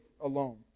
alone